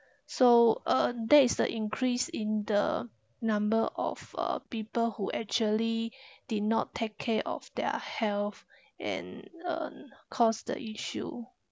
so uh that is the increase in the number of uh people who actually did not take care of their health and uh caused the issue